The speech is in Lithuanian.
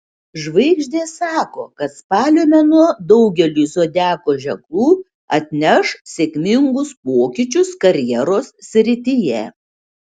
žvaigždės sako kad spalio mėnuo daugeliui zodiako ženklų atneš sėkmingus pokyčius karjeros srityje